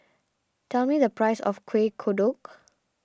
tell me the price of Kueh Kodok